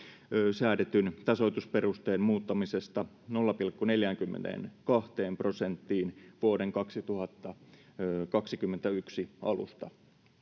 säädetyn tasoitusperusteen muuttamisesta nolla pilkku neljäänkymmeneenkahteen prosenttiin vuoden kaksituhattakaksikymmentäyksi alusta